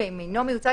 ואם אינו מיוצג,